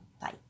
Bye